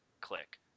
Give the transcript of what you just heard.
click